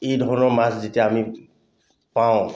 এই ধৰণৰ মাছ যেতিয়া আমি পাওঁ